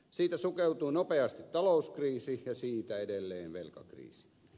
siitä sukeutui nopeasti talouskriisi ja siitä edelleen velkakriisi